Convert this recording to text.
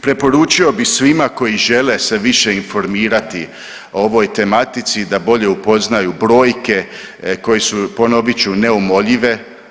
Preporučio bi svima koji žele se više informirati o ovoj tematici da bolje upoznaju brojke koje su ponovit ću neumoljive.